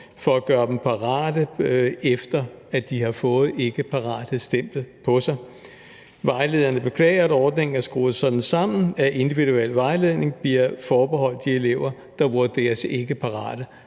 for at gøre dem parate, efter at de har fået ikkeparathedsstemplet på sig. Vejlederne beklager, at ordningen er skruet sådan sammen, at individuel vejledning bliver forbeholdt de elever, der vurderes ikke parate.